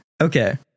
Okay